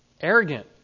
arrogant